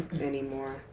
anymore